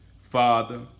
Father